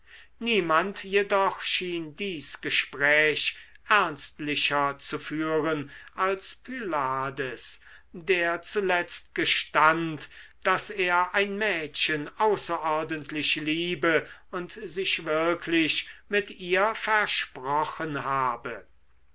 niemand jedoch schien dies gespräch ernstlicher zu führen als pylades der zuletzt gestand daß er ein mädchen außerordentlich liebe und sich wirklich mit ihr versprochen habe